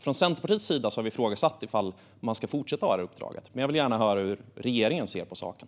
Från Centerpartiets sida har vi ifrågasatt om man ska fortsätta ha det här uppdraget, men jag vill gärna höra hur regeringen ser på saken.